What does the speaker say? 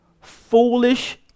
foolish